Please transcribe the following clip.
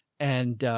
and,